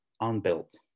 unbuilt